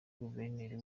guverineri